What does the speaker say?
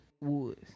Woods